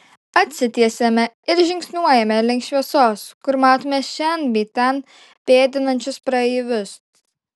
atsitiesiame ir žingsniuojame link šviesos kur matome šen bei ten pėdinančius praeivius